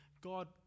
God